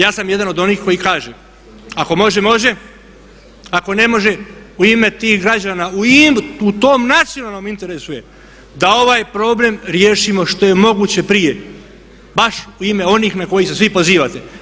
Ja sam jedan od onih koji kaže ako može, može, ako ne može u ime tih građana u tom nacionalnom interesu je da ovaj problem riješimo što je moguće prije baš u ime onih na koje se svi pozivate.